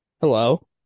hello